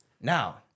Now